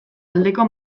aldeko